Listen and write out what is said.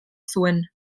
zuen